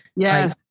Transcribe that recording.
Yes